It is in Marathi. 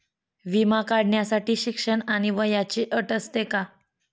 विमा काढण्यासाठी शिक्षण आणि वयाची अट असते का?